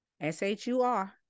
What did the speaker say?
S-H-U-R